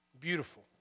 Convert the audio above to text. beautiful